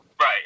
Right